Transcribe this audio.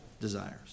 desires